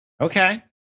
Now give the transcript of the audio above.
Okay